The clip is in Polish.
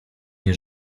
nie